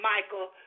Michael